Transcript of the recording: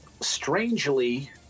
Strangely